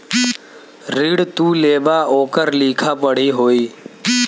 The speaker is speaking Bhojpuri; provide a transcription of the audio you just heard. ऋण तू लेबा ओकर लिखा पढ़ी होई